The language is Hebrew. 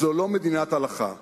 זו לא מדינת הלכה,